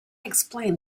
explained